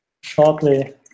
shortly